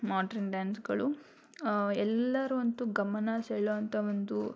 modern ಡ್ಯಾನ್ಸ್ಗಳು ಎಲ್ಲರೂ ಅಂತು ಗಮನ ಸೆಳೆಯುವಂಥ ಒಂದು